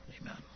Amen